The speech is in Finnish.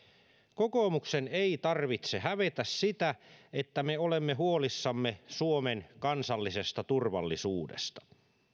kokoomuksen ei tarvitse hävetä sitä että me olemme huolissamme suomen kansallisesta turvallisuudesta